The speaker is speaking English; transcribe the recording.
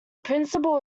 principal